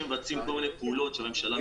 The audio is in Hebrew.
לפני שמבצעים כל מיני פעולות שהממשלה מתערבת בהן.